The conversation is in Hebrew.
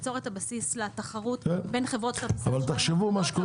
ליצור את הבסיס לתחרות בין חברות כרטיסי האשראי -- תחשבו מה קורה